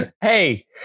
Hey